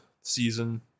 season